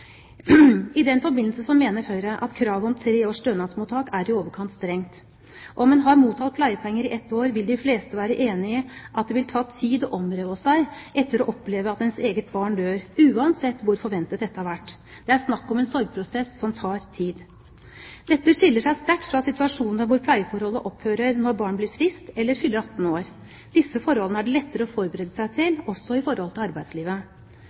I den forbindelse mener Høyre at kravet om tre års stønadsmottak er i overkant strengt. Om en har mottatt pleiepenger i ett år, vil de fleste være enig i at det vil ta tid å områ seg etter å oppleve at ens eget barn dør, uansett hvor forventet dette har vært. Det er snakk om en sorgprosess som tar tid. Dette skiller seg sterkt fra situasjoner hvor pleieforholdet opphører når barnet blir friskt eller fyller 18 år. Disse forholdene er det lettere å forberede seg til, også i forhold til arbeidslivet.